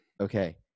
Okay